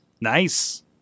Nice